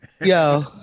Yo